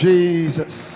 Jesus